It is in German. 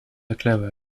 clara